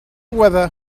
weather